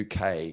UK